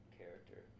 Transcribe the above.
character